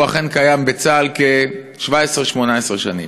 אכן קיים בצה"ל 18-17 שנים.